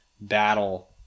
battle